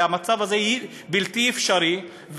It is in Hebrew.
המצב הזה בלתי אפשרי.